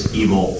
evil